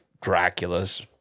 Dracula's